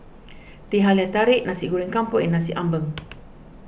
Teh Halia Tarik Nasi Goreng Kampung and Nasi Ambeng